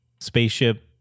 spaceship